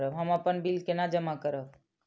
हम अपन बिल केना जमा करब?